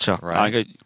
Right